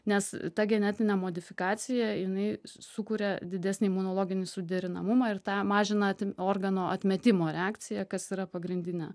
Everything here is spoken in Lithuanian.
nes ta genetinė modifikacija jinai sukuria didesnį imunologinį suderinamumą ir tą mažina ten organo atmetimo reakciją kas yra pagrindinė